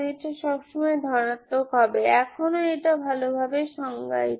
এটা সব সময় ধনাত্মক হবে এখনো এটা ভালোভাবে সংজ্ঞায়িত